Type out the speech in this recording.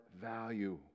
value